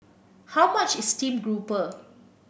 how much is Steamed Grouper